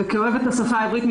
וכאוהבת השפה העברית,